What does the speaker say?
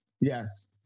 Yes